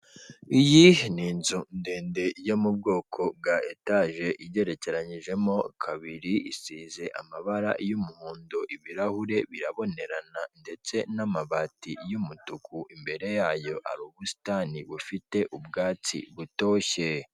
Iyi ni inzu ndende yo mu bwoko bwa etaje, igerekeranyijemo kabiri, isize amabara y'umuhondo, ibirahure birabonerana ndetse n'amabati y'umutuku, imbere yayo hari ubusitani bufite ubwatsi butoshye.